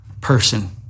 person